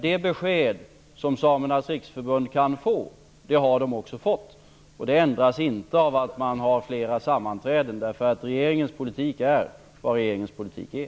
Det besked som Samernas riksförbund kan få har man också fått. Beskedet kan inte ändras genom att man har flera sammanträden. Regeringens politik är nämligen vad regeringens politik är.